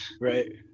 right